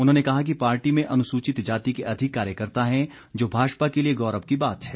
उन्होंने कहा कि पार्टी में अनुसूचित जाति के अधिक कार्यकर्ता हैं जो भाजपा के लिए गौरव की बात है